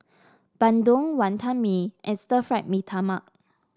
Bandung Wantan Mee and Stir Fried Mee Tai Mak